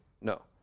No